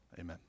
Amen